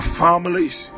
families